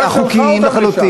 הורסת את בתיהם החוקיים לחלוטין.